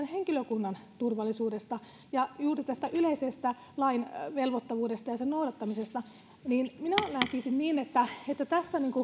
henkilökunnan turvallisuudesta ja juuri yleisestä lain velvoittavuudesta ja noudattamisesta minä näkisin että tässä